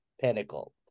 pinnacle